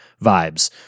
vibes